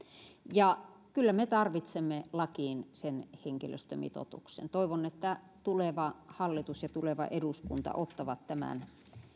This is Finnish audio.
kyllä me tarvitsemme lakiin sen henkilöstömitoituksen toivon että tuleva hallitus ja tuleva eduskunta ottavat tämän